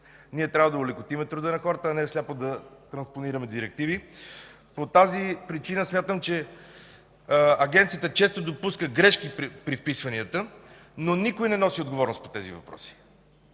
Ние трябва да олекотим труда на хората, а не сляпо да транспонираме директиви. По тази причина смятам, че Агенцията често допуска грешки при вписванията, но никой не носи отговорност по тези въпроси.